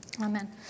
Amen